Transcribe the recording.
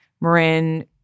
Marin